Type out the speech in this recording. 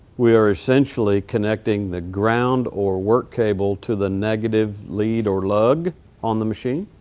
we are essentially connecting the ground or work cable to the negative lead or lug on the machine.